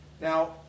Now